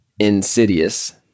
insidious